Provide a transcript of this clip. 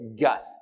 gut